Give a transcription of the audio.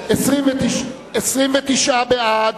29 בעד,